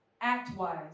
act-wise